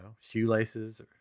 shoelaces